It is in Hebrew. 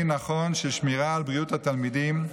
נכון של שמירה על בריאות התלמידים.